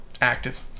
active